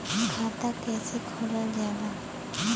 खाता कैसे खोलल जाला?